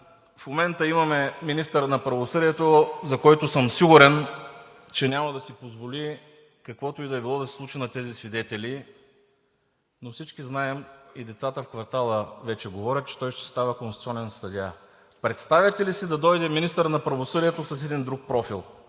в момента имаме министър на правосъдието, за който съм сигурен, че няма да си позволи каквото и да е било да се случи на тези свидетели. Всички знаем и децата в квартала вече говорят, че той ще става конституционен съдия. Представяте ли си да дойде министър на правосъдието с един друг профил